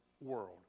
world